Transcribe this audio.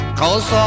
cause